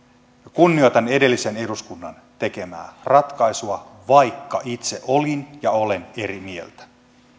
kunnioitan edellisen eduskunnan tekemää ratkaisua vaikka itse olin ja olen eri mieltä